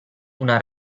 una